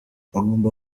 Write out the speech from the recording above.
agomba